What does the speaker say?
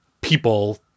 people